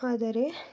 ಆದರೆ